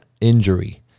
injury